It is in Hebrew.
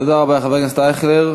תודה רבה, חבר הכנסת אייכלר.